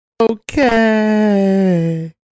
okay